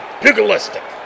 pugilistic